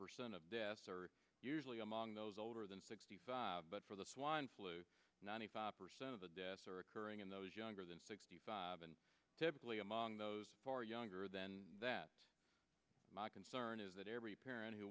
percent of deaths are usually among those older than sixty five but for the swine flu ninety five percent of the deaths are occurring in those younger than sixty five and typically among those are younger than that my concern is that every parent who